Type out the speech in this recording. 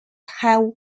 have